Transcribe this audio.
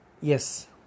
Yes